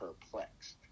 perplexed